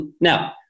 Now